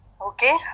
Okay